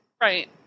Right